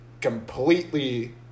completely –